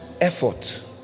effort